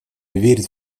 верит